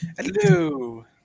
Hello